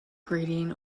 grading